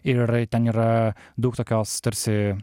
ir ten yra daug tokios tarsi